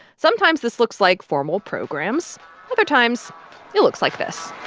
sometimes this looks like formal programs other times it looks like this